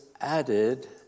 added